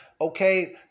okay